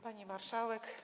Pani Marszałek!